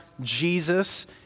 Jesus